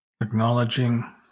acknowledging